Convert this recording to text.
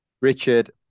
Richard